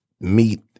meet